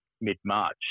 mid-March